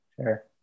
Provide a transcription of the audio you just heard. Sure